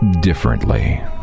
differently